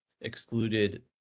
excluded